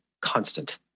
constant